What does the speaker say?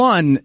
One